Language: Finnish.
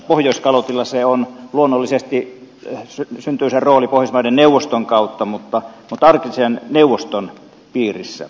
pohjoiskalotilla luonnollisesti syntyy se rooli pohjoismaiden neuvoston kautta mutta entä arktisen neuvoston piirissä